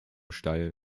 stall